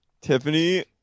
tiffany